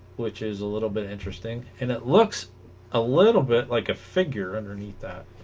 which is a little bit interesting and it looks a little bit like a figure underneath that